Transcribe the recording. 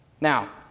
Now